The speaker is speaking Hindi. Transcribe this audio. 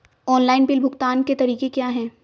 ऑनलाइन बिल भुगतान के तरीके क्या हैं?